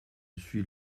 suis